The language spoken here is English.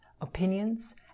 opinions